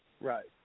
Right